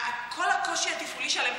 כל הקושי התפעולי שלהם,